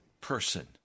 person